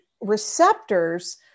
receptors